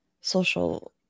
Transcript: social